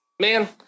Man